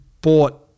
bought